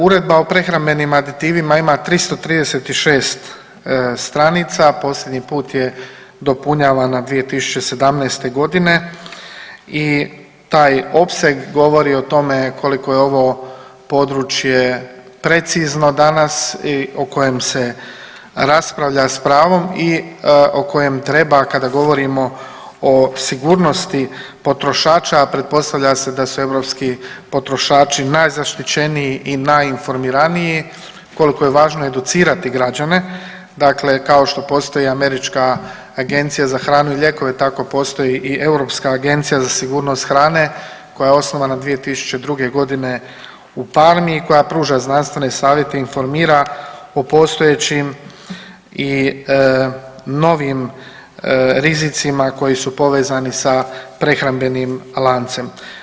Uredba o prehrambenim aditivima ima 336 stranica, posljednji put je dopunjavana 2017. g. i taj opseg govori o tome koliko je ovo područje precizno danas i o kojem se raspravlja s pravom i o kojem treba, kada govorimo o sigurnosti potrošača, a pretpostavlja se da su europski potrošači najzaštićeniji i najinformiraniji, koliko je važno educirati građane, dakle, kao što postoji i Američka agencija za hranu i lijekove, tako postoji i Europska agencija za sigurnost hrane koja je osnovana 2002. g. u Parmi i koja pruža znanstvene savjete, informira o postojim i novim rizicima koji su povezani sa prehrambenim lancem.